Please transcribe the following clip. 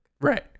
Right